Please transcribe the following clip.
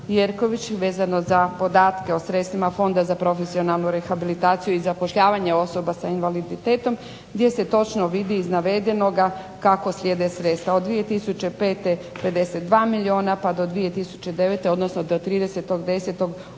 Jerković vezano za podatke o sredstvima Fonda za profesionalnu rehabilitaciju i zapošljavanje osoba s invaliditetom gdje se točno vidi iz navedenoga kako slijede sredstva. Od 2005. 52 milijuna pa do 2009., odnosno do 30.10. 80 milijuna.